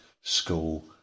school